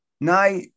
now